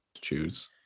choose